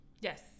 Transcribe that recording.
Yes